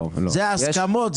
זה ההסכמות?